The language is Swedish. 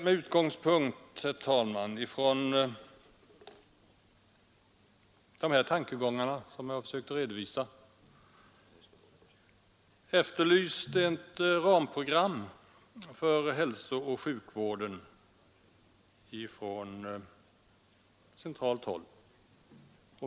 Med utgångspunkt i de tankegångar som jag här försökt redovisa, herr talman, har vi efterlyst ett ramprogram från centralt håll för hälsooch sjukvården.